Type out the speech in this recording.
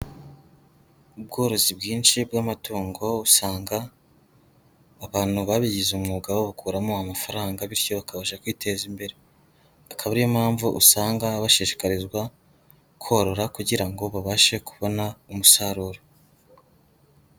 Ubworozi bwinshi bw'amatungo, usanga abantu babigize umwuga babukuramo amafaranga bityo bakabasha kwiteza imbere. Akaba ari yo mpamvu usanga bashishikarizwa korora kugira ngo babashe kubona umusaruro.